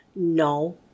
No